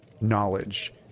knowledge